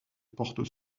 porte